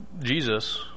Jesus